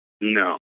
No